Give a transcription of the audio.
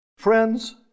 Friends